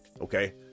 Okay